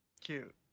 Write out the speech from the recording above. Cute